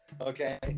Okay